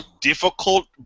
difficult